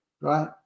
right